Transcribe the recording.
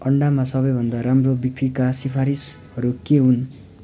अन्डामा सबैभन्दा राम्रो बिक्रीका सिफारिसहरू के हुन्